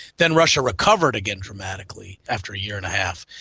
then russia recovered again dramatically after a year and a half.